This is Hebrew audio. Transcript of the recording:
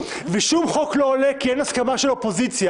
ושום חוק לא עולה כי אין הסכמה של האופוזיציה